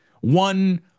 One